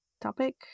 topic